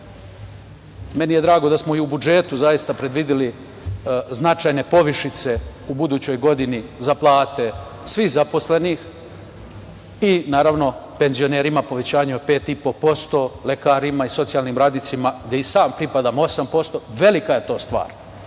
Meni je drago da smo i u budžetu zaista predvideli značajne povišice u budućoj godini za plate svi zaposlenih i naravno penzionerima povećanje od 5,5%, lekarima i socijalnim radnicima gde i sam pripadam, 8%. Velika je to stvar.